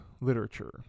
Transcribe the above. literature